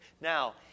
Now